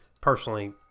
personally